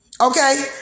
Okay